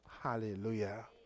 Hallelujah